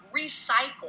recycle